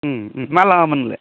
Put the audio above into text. मा लाङामोन नोंलाय